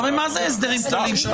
מה זה הסדרים כלליים?